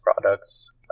products